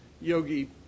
Yogi